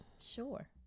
Sure